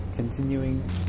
continuing